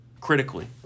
critically